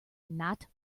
not